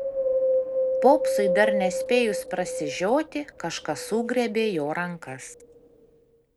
popsui dar nespėjus prasižioti kažkas sugriebė jo rankas